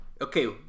Okay